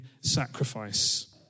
sacrifice